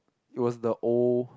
it was the old